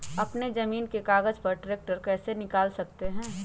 अपने जमीन के कागज पर ट्रैक्टर कैसे निकाल सकते है?